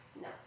No